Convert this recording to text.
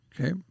okay